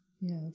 yes